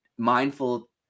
mindful